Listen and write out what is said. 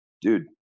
dude